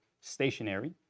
stationary